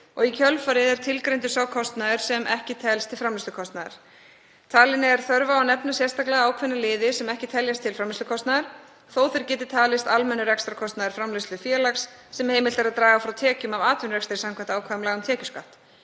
og í kjölfarið er tilgreindur sá kostnaður sem ekki telst til framleiðslukostnaðar. Talin er þörf á að nefna sérstaklega ákveðna liði sem ekki teljast til framleiðslukostnaðar þótt þeir geti talist almennur rekstrarkostnaður framleiðslufélags sem heimilt er að draga frá tekjum af atvinnurekstri samkvæmt ákvæðum laga um tekjuskatt.